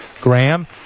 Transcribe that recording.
Graham